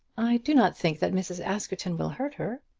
i do not think that mrs. askerton will hurt her.